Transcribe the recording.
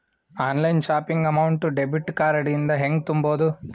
Online shopping amount debit card ಇಂದ ಹೆಂಗ್ ತುಂಬೊದು?